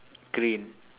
green